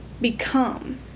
become